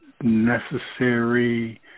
necessary